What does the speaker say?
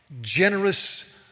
generous